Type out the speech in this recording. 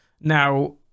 Now